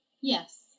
Yes